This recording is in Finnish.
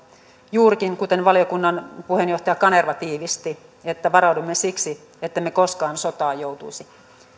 juurikin kuten valiokunnan puheenjohtaja kanerva tiivisti että varaudumme siksi että emme koskaan sotaan joutuisi